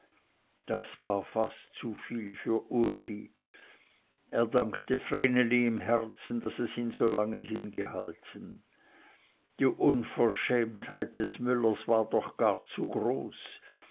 das war fast zu viel für uli er dankte vreneli im herzen daß es ihn so lange hingehalten die unverschämtheit des müllers war doch gar zu groß